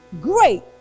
Great